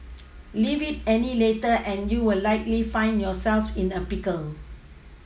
leave it any later and you will likely find yourself in a pickle